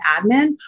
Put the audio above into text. admin